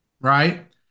right